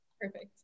Perfect